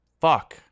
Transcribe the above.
Fuck